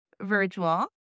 virtual